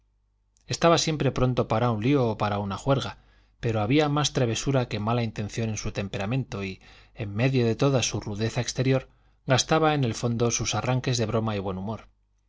estaba siempre pronto para un lío o para una juerga pero había más travesura que mala intención en su temperamento y en medio de toda su rudeza exterior gastaba en el fondo sus arranques de broma y buen humor